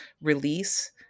release